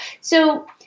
So-